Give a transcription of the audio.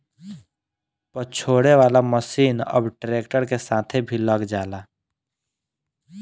पछोरे वाला मशीन अब ट्रैक्टर के साथे भी लग जाला